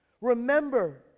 remember